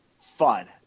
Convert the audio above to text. fun